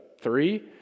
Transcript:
three